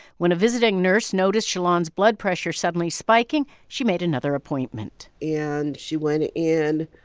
when a visiting nurse noticed shalon's blood pressure suddenly spiking, she made another appointment and she went in.